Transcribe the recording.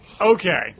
okay